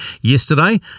yesterday